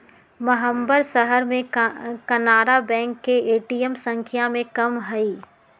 महम्मर शहर में कनारा बैंक के ए.टी.एम संख्या में कम हई